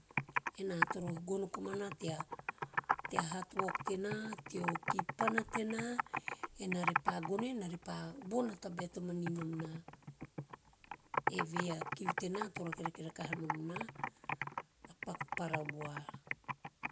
Ena toro gono komana tea hatwok tena, teo kipana tena, ena ve pa gono e ena repa von a tabae to manin nom na. Eve a kiu tena to rakerake rakaha nom na a paku parawa.